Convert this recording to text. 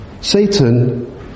Satan